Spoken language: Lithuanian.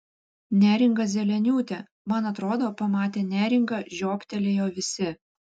neringa zeleniūtė man atrodo pamatę neringą žiobtelėjo visi